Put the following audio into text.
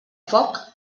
foc